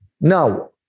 Now